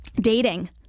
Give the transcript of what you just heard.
dating